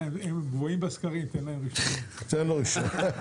הם גבוהים בסקרים, תן לו ראשון.